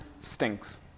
stinks